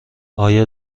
آیا